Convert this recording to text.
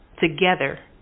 Together